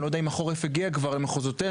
אני לא יודע אם החורף הגיע כבר למחוזותינו.